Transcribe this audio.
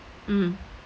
mm